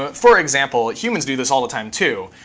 but for example, humans do this all the time too,